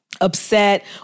upset